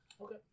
Okay